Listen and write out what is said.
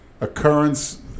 occurrence